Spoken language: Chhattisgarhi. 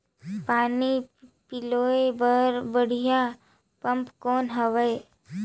पानी पलोय बर बढ़िया पम्प कौन हवय?